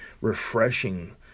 refreshing